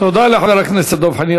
תודה לחבר הכנסת דב חנין.